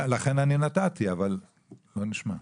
לכן אני נתתי, אבל בואו נשמע.